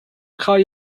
call